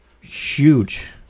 huge